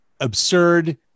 absurd